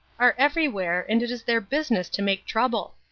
are everywhere, and it is their business to make trouble.